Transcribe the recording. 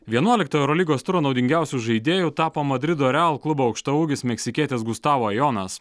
vienuolikto eurolygos turo naudingiausiu žaidėju tapo madrido real klubo aukštaūgis meksikietis gustavo ajonas